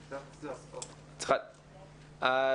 רם,